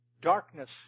Darkness